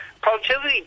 productivity